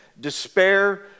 despair